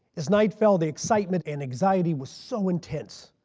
as night fell the excitement and anxiety was so intense.